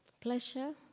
pleasure